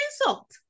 insult